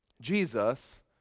Jesus